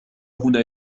هنا